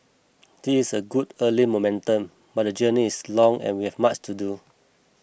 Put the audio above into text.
this is a good early momentum but the journey is long and we have much to do